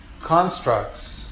constructs